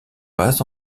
pas